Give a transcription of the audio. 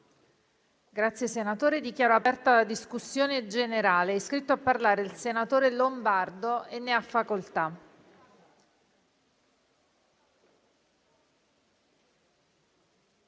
finestra"). Dichiaro aperta la discussione generale. È iscritto a parlare il senatore Lombardo. Ne ha facoltà.